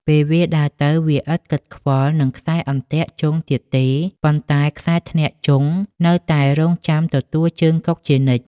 ពេលវាដើរទៅ វាឥតគិតខ្វល់នឹងខ្សែអន្ទាក់ជង់ទៀតទេ ប៉ុន្តែខ្សែធ្នាក់ជង់នៅតែរង់ចាំទទួលជើងកុកជានិច្ច ។